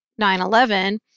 9-11